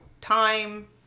time